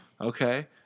Okay